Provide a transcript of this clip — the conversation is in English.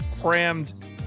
crammed